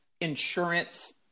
insurance